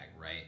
right